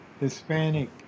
hispanic